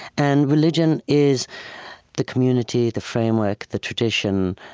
and religion is the community, the framework, the tradition,